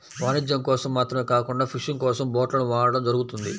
వాణిజ్యం కోసం మాత్రమే కాకుండా ఫిషింగ్ కోసం బోట్లను వాడటం జరుగుతుంది